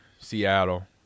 seattle